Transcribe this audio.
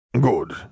Good